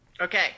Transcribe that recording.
Okay